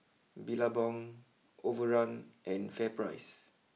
Billabong Overrun and Fair price